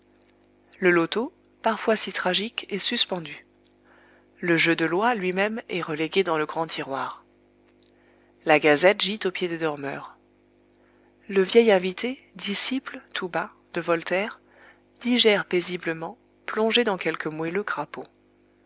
le loto parfois si tragique est suspendu le jeu de l'oie lui-même est relégué dans le grand tiroir la gazette gît aux pieds des dormeurs le vieil invité disciple tout bas de voltaire digère paisiblement plongé dans quelque moelleux crapaud